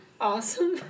Awesome